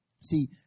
See